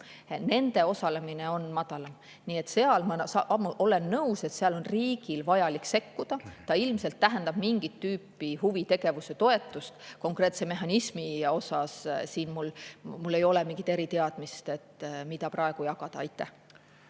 on osalemine madalam. Nii et ma olen nõus, et seal on riigil vaja sekkuda. See ilmselt tähendab mingit tüüpi huvitegevustoetust. Konkreetse mehhanismi kohta mul ei ole mingit eriteadmist, mida praegu jagada. Aitäh!